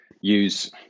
use